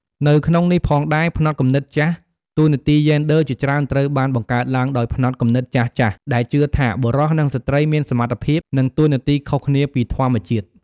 នៅក្នុងនេះផងដែរផ្នត់គំនិតចាស់ តួនាទីយេនឌ័រជាច្រើនត្រូវបានបង្កើតឡើងដោយផ្នត់គំនិតចាស់ៗ ដែលជឿថាបុរស និងស្ត្រីមានសមត្ថភាព និងតួនាទីខុសគ្នាពីធម្មជាតិ។